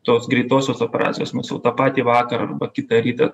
tos greitosios operacijos mes jau tą patį vakarą arba kitą rytą